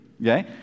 okay